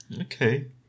Okay